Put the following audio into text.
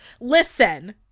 Listen